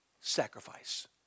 sacrifice